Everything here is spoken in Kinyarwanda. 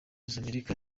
z’amerika